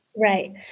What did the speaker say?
Right